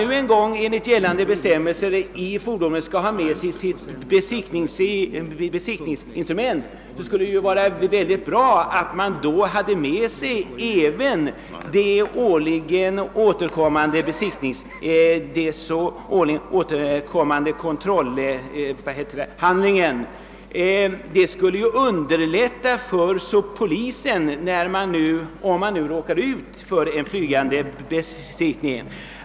När man nu enligt gällande bestämmelser i fordonet skall ha med sitt besiktningsinstrument skulle det vara bra om man även hade med sig kontrollhandlingen från den årligen återkommande bilprovningen. Detta skulle underlätta po lisens arbete vid en flygande besiktning.